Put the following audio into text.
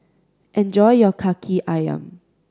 enjoy your Kaki Ayam